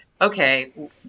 okay